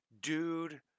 Dude